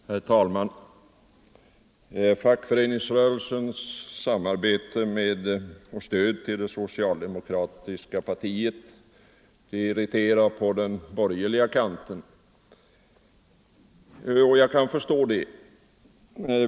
Herr talman! Fackföreningsrörelsens samarbete med och stöd till det socialdemokratiska partiet irriterar på den borgerliga kanten. Jag kan förstå det.